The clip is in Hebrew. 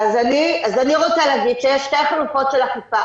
אז אני רוצה להגיד, שיש שתי חלופות של אכיפה.